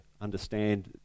understand